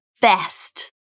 best